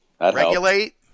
Regulate